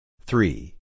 Three